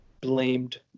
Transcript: blamed